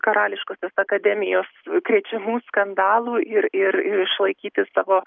karališkosios akademijos krečiamų skandalų ir ir ir išlaikyti savo